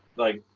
like,